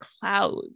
clouds